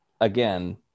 again